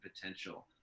potential